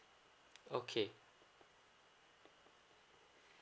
okay